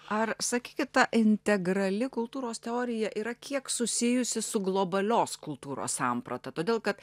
ar sakykit ta integrali kultūros teorija yra kiek susijusi su globalios kultūros samprata todėl kad